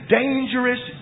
dangerous